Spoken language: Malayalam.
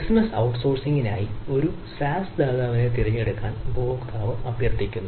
ബിസിനസ്സ് ഔട്ട്സോഴ്സിംഗിനായി ഒരു SaaS ദാതാവിനെ തിരഞ്ഞെടുക്കാൻ ഉപഭോക്താവ് അഭ്യർത്ഥിക്കുന്നു